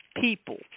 people